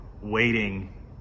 waiting